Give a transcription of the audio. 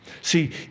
See